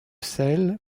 selle